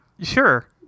sure